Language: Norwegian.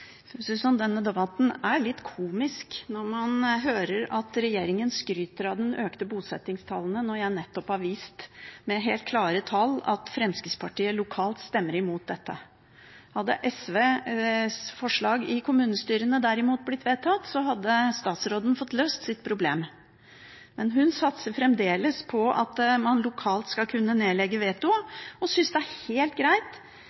komisk når man hører at regjeringen skryter av de økte bosettingstallene, når jeg nettopp har vist med helt klare tall at Fremskrittspartiet lokalt stemmer imot dette. Hadde derimot SVs forslag i kommunestyrene blitt vedtatt, hadde statsråden fått løst sitt problem. Men hun satser fremdeles på at man lokalt skal kunne nedlegge veto, og syns det er helt greit